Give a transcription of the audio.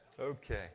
Okay